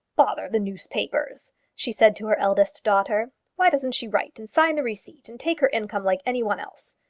bother the newspapers, she said to her eldest daughter why doesn't she write and sign the receipt, and take her income like any one else?